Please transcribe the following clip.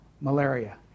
malaria